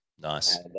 Nice